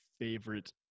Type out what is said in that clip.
favorite